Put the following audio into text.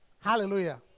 Hallelujah